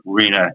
arena